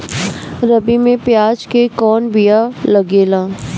रबी में प्याज के कौन बीया लागेला?